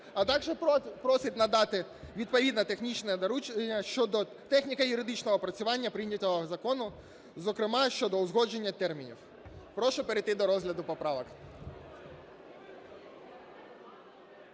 а також просить надати відповідне технічне доручення щодо техніко-юридичного опрацювання прийнятого закону, зокрема щодо узгодження термінів. Прошу перейти до розгляду поправок.